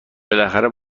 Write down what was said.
بالاخره